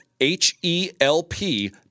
H-E-L-P